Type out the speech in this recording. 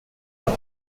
ihr